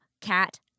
Cat